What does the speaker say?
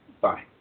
Bye